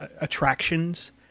attractions